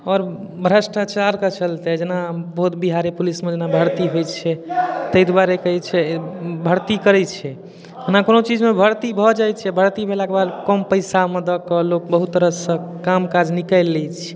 आओर भ्रष्टाचारके चलते जेना बोध बिहारे पुलिसमे जेना भर्ती होइ छै तै दुआरे कहै छै भर्ती करै छै जेना कोनो चीजमे भर्ती भए जाइ छै भर्ती भेलाके बाद कम पैसामे दए कऽ लोक बहुत तरहसँ काम काज निकालि लै छै